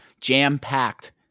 Jam-packed